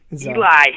Eli